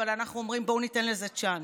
אבל אנחנו אומרים: בואו ניתן לזה צ'אנס.